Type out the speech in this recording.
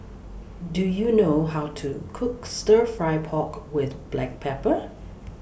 Do YOU know How to Cook Stir Fry Pork with Black Pepper